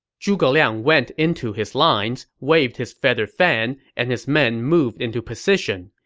zhuge liang went into his lines, waved his feather fan, and his men moved into position.